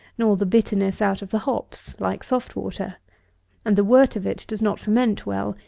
nor the bitterness out of the hops, like soft water and the wort of it does not ferment well,